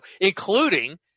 including